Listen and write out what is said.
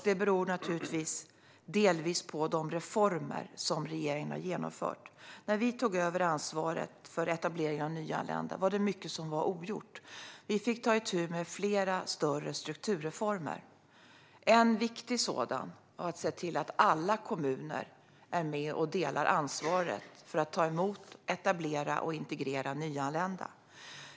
Det beror naturligtvis delvis på de reformer som regeringen har genomfört. När vi tog över ansvaret för etablering av nyanlända var det mycket som var ogjort. Vi fick ta itu med flera större strukturreformer. En viktig sådan var att se till att alla kommuner är med och delar ansvaret för att ta emot, etablera och integrera nyanlända.